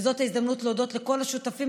וזאת ההזדמנות להודות לכל השותפים,